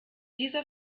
dieser